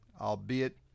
albeit